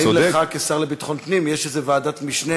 האם לך כשר לביטחון פנים יש איזו ועדת משנה